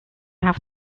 have